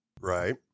Right